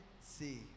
see